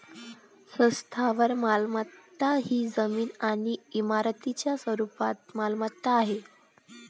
स्थावर मालमत्ता ही जमीन आणि इमारतींच्या स्वरूपात मालमत्ता आहे